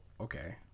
okay